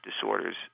disorders